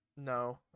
No